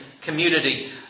community